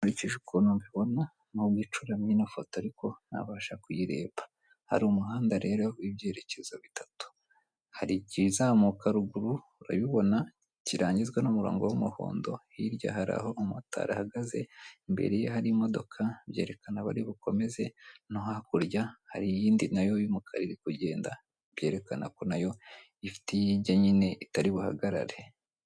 nkurikije ukuntu mbibona nubwo ino foto ucuramye ariko nabasha kuyireba hari umuhanda rero ibyerekezo bitatu hari igihezamuka ruguru urabibona kirangizwa n'umurongo w'umuhondo hirya hari aho umutarari ahagaze imbere y'a hari imodoka byerekana bari bukomeze no hakurya hari iyindi nayo y'umukari kugenda byerekana ko nayo ifite iyo ijya nyine itari buhagarare.